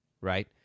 right